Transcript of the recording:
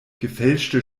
gefälschte